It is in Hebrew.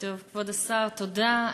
כבוד השר, תודה.